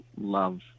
love